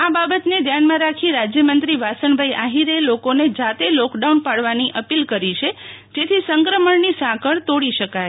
આ બાબતને ધ્યાનમાં રાખી રાજયમંત્રી વાસણભાઈ આહિરે લોકોને જાતે લોકડાઉન પાળવાની અપીલ કરી છે જેથી સંક્રમણ સાકળ તોડી શકાય